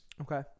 Okay